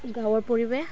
গাঁৱৰ পৰিৱেশ